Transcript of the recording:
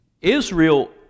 Israel